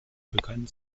begann